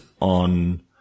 on